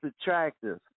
attractive